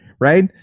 right